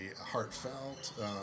heartfelt